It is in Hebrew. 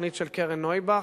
התוכנית של קרן נויבך,